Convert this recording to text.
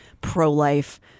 Pro-life